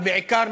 ובעיקר,